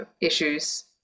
issues